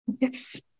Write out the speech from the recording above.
Yes